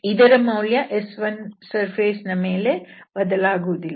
ಇದರ ಮೌಲ್ಯ S1ಮೇಲ್ಮೈ ನ ಮೇಲೆ ಬದಲಾಗುವುದಿಲ್ಲ